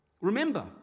Remember